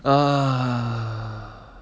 ugh